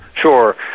Sure